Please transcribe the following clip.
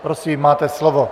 Prosím, máte slovo.